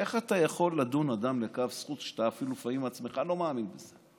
איך אתה יכול לדון אדם לכף זכות כשאפילו אתה בעצמך לפעמים לא מאמין בזה?